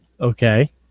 Okay